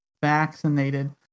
vaccinated